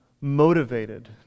motivated